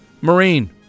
Marine